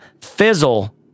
fizzle